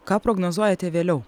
ką prognozuojate vėliau